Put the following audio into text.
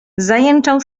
zajęczał